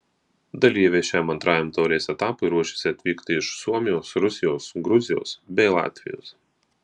dalyviai šiam antrajam taurės etapui ruošiasi atvykti iš suomijos rusijos gruzijos bei latvijos